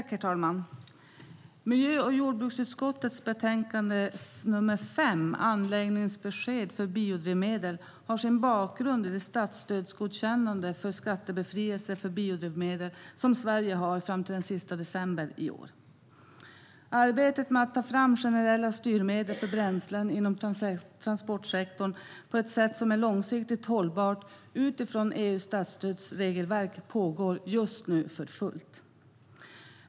Herr talman! Miljö och jordbruksutskottets betänkande 5, Anläggningsbesked för biodrivmedel , har sin bakgrund i det statsstödsgodkännande för skattebefrielse för biodrivmedel som Sverige har fram till den 31 december i år. Arbetet med att ta fram generella styrmedel för bränslen inom transportsektorn på ett sätt som är långsiktigt hållbart utifrån EU:s statsstödsregelverk pågår just nu för fullt.